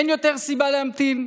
אין יותר סיבה להמתין.